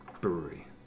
brewery